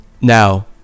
Now